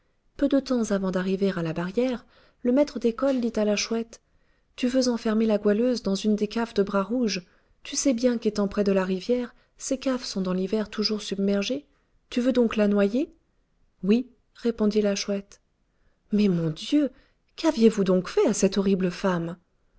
peu de temps avant d'arriver à la barrière le maître d'école dit à la chouette tu veux enfermer la goualeuse dans une des caves de bras rouge tu sais bien qu'étant près de la rivière ces caves sont dans l'hiver toujours submergées tu veux donc la noyer oui répondit la chouette mais mon dieu qu'aviez-vous donc fait à cette horrible femme